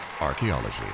Archaeology